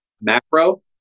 Macro